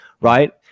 right